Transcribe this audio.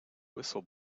whistle